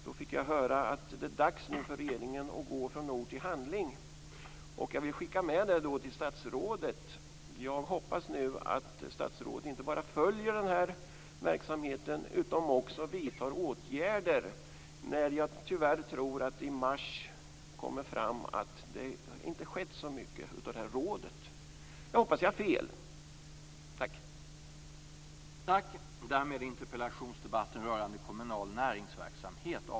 Då fick jag höra att det nu är dags för regeringen att gå från ord till handling. Jag vill skicka med statsrådet att jag hoppas att statsrådet nu inte bara följer den här verksamheten utan också vidtar åtgärder. Jag tror tyvärr att det i mars kommer fram att det inte skett så mycket i det här rådet. Jag hoppas att jag har fel.